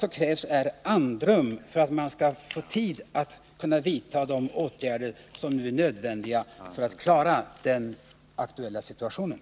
Det krävs också andrum för att man skall få den tid som behövs för att kunna vidta de nödvändiga åtgärderna.